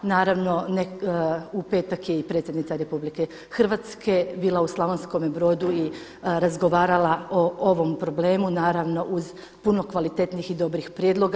Naravno u petak je i predsjednica Republike Hrvatske bila u Slavonskome Brodu i razgovarala o ovom problemu naravno uz puno kvalitetnih i dobrih prijedloga.